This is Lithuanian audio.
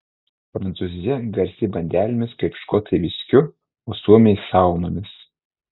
prancūzija garsi bandelėmis kaip škotai viskiu o suomiai saunomis